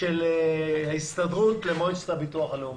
של נציגי ההסתדרות למועצת הביטוח הלאומי?